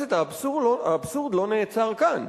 אבל, עמיתי חברי הכנסת, האבסורד לא נעצר כאן,